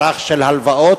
מערך של הלוואות.